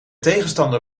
tegenstander